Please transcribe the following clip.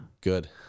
Good